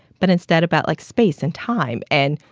but instead about, like, space and time and,